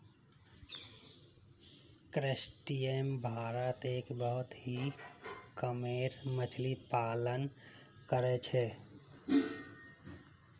crustaceans भारतत एक बहुत ही कामेर मच्छ्ली पालन कर छे